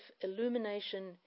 illumination